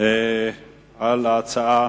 על ההצעה.